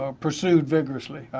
ah pursued vigorously.